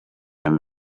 and